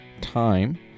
time